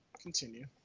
continue